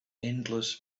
endless